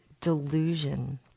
delusion